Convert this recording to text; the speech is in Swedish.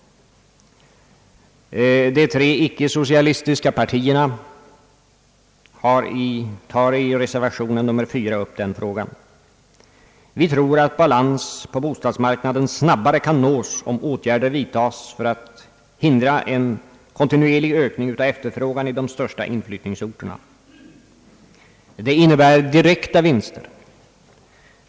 De tre icke socialistiska partierna tar i reservation nr 4 upp den frågan. Vi tror att balans på bostadsmarknaden snabbare kan nås om åtgärder vidtas för att hindra en kontinuerlig ökning av efterfrågan i de största inflyttningsorterna. Det innebär direkta vinster.